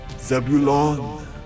Zebulon